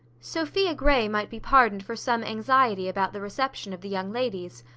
sophia grey might be pardoned for some anxiety about the reception of the young ladies.